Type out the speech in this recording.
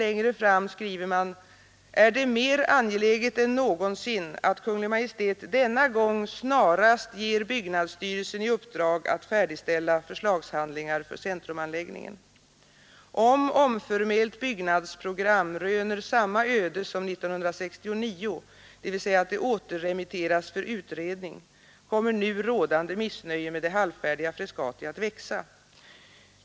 ——— är det mer angeläget än någonsin att Kungl. Maj:t denna gång snarast ger byggnadstyrelsen i uppdrag att färdigställa förslagshandlingar för centrumanläggningen. Om omförmält byggnadsprogram röner samma öde som 1969, dvs, att det återremitteras för utredning, kommer nu rådande missnöje med det ”halvfärdiga” Frescati att växa.